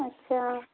अच्छा